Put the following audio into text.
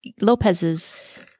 Lopez's